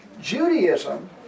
Judaism